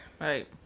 right